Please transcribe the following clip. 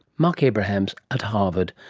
marc abrahams at harvard.